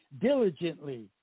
Diligently